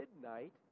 midnight